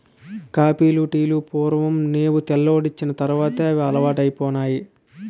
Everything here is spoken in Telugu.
కాపీలు టీలు పూర్వం నేవు తెల్లోడొచ్చిన తర్వాతే ఇవి అలవాటైపోనాయి